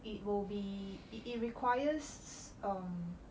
it will be it it requires um